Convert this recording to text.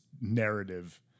narrative